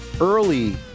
Early